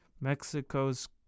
Mexico's